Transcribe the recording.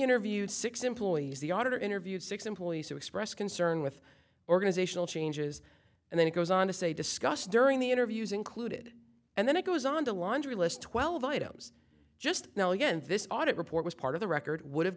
interviewed six employees the auditor interviewed six employees who expressed concern with organizational changes and then it goes on to say discussed during the interviews included and then it goes on the laundry list twelve items just now again this audit report was part of the record would have